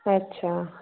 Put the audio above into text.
अच्छा